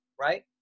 Right